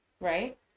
right